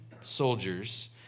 soldiers